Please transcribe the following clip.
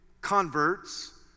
converts